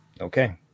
Okay